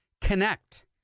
Connect